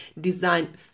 design